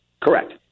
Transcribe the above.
Correct